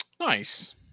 Nice